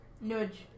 Nudge